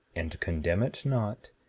and condemn it not,